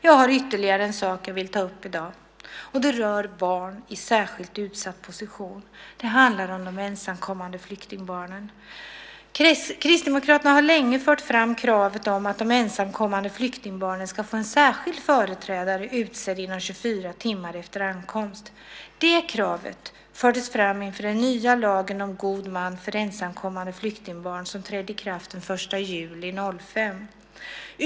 Jag har ytterligare en sak som jag vill ta upp i dag, och det rör barn i särskilt utsatt position. Det handlar om de ensamkommande flyktingbarnen. Kristdemokraterna har länge fört fram kravet på att de ensamkommande flyktingbarnen ska få en särskild företrädare utsedd inom 24 timmar efter ankomst. Kravet fördes fram inför den nya lagen om god man för ensamkommande flyktingbarn som trädde i kraft den 1 juli 2005.